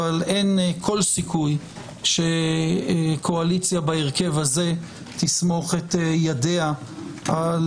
אבל אין כל סיכוי שקואליציה בהרכב הזה תסמוך ידיה על